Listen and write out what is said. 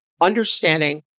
understanding